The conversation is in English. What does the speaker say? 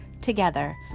together